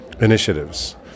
initiatives